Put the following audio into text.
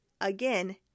Again